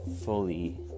fully